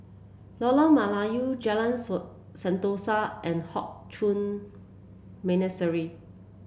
Lorong Melayu Jalan Sentosa and Hock Chuan Monastery